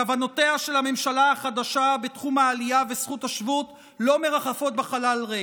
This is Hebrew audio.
כוונותיה של הממשלה החדשה בתחום העלייה וזכות השבות לא מרחפות בחלל ריק,